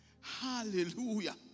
Hallelujah